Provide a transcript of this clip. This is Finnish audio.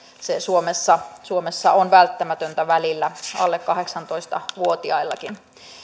se suomessa suomessa on välttämätöntä välillä alle kahdeksantoista vuotiaillekin